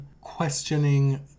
questioning